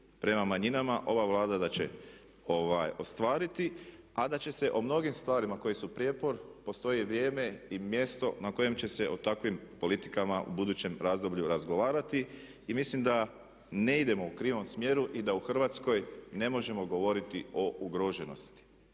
prema manjinama ova Vlada da će ostvariti, a da će se o mnogim stvarima koje su prijepor postoji vrijeme i mjesto na kojem će se o takvim politikama u budućem razdoblju razgovarati. I mislim da ne idemo u krivom smjeru i da u Hrvatskoj ne možemo govoriti o ugroženosti.